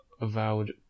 avowed